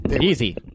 easy